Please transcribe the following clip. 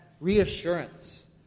reassurance